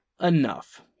enough